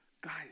Guys